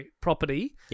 property